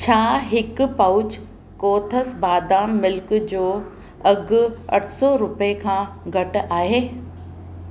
छा हिकु पाउच कोथस बादाम मिल्क जो अघु अठ सौ रुपए खां घटि आहे